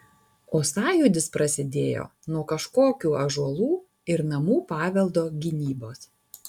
o sąjūdis prasidėjo nuo kažkokių ąžuolų ir namų paveldo gynybos